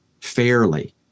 fairly